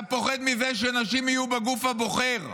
אתה פוחד מזה שנשים יהיו בגוף הבוחר.